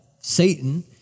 Satan